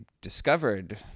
discovered